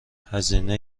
هزینه